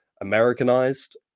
Americanized